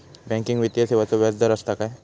Banking वित्तीय सेवाचो व्याजदर असता काय?